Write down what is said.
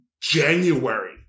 January